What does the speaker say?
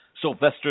Sylvester